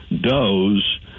Doe's